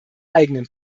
eigenen